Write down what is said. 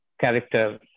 character